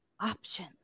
option